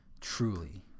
truly